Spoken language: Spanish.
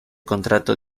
contrato